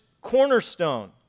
cornerstone